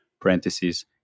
parentheses